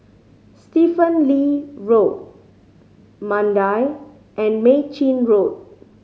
Stephen Lee Road Mandai and Mei Chin Road